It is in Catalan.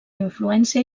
influència